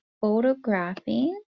photographing